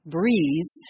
breeze